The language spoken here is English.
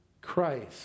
Christ